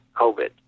COVID